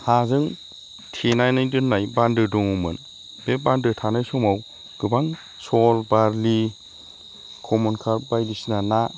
हाजों थेनानै दोननाय बान्दो दङमोन बे बान्दो थानाय समाव गोबां सल बारलि खमन खार्थ बायदिसिना ना